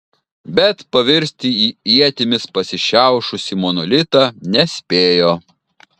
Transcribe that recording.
bet pavirsti į ietimis pasišiaušusį monolitą nespėjo